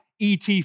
ET